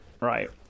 right